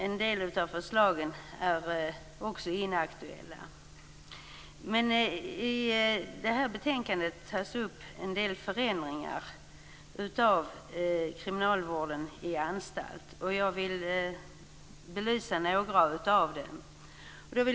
En del av förslagen är inaktuella. I betänkandet tas upp en del förändringar av kriminalvården i anstalt. Jag vill belysa några av dem.